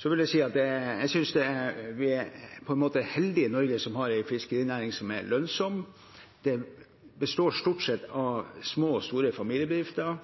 Så vil jeg si at vi på en måte er heldige i Norge som har en fiskerinæring som er lønnsom. Den består stort sett av små og store familiebedrifter